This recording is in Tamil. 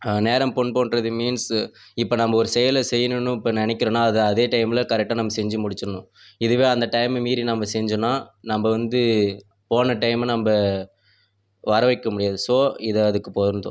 நேரம் பொன் போன்றது மீன்ஸு இப்போ நம்ம ஒரு செயலை செய்யணுன்னு இப்போ நினைக்குறோன்னா அதை அதே டைமில் கரெட்டாக நம்ம செஞ்சு முடிச்சுர்ணும் இதுவே அந்த டைம்மை மீறி நம்ம செஞ்சோன்னா நம்ம வந்து போன டைம்மை நம்ம வர வைக்க முடியாது ஸோ இது அதுக்கு பொருந்தும்